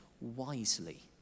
wisely